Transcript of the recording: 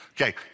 Okay